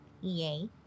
Yay